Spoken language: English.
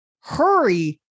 Hurry